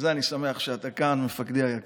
ואם הממשלה רוצה להפוך לבובות על חוט שנשלטות על ידי